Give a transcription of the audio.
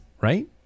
Right